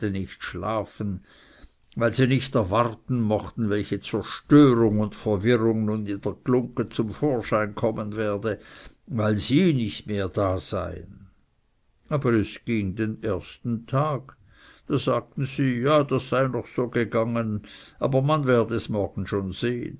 nicht schlafen weil sie nicht erwarten mochten welche zerstörung und verwirrung nun in der glungge zum vorschein kommen werde weil sie nicht mehr da seien aber es ging den ersten tag da sagten sie ja das sei noch so gegangen aber man werde es morgen schon sehen